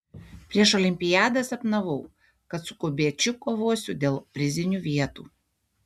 prieš olimpiadą sapnavau kad su kubiečiu kovosiu dėl prizinių vietų